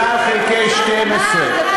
ועכשיו אתם באים, זאת הבעיה?